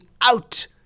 out